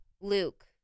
Luke